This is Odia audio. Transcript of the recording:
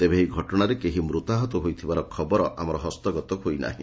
ତେବେ ଏହି ଘଟଶାରେ କେହି ମୃତାହତ ହୋଇଥିବାର ଖବର ହସ୍ତଗତ ହୋଇନାହିଁ